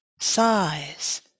size